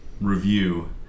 review